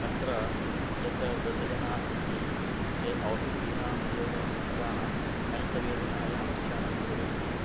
तत्र यत् वृद्धजनाः सन्ति ते ओषधीनां प्रयोगं कृत्वा कण्ठवेदनायाः उपचारं कुर्वन्ति